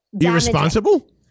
irresponsible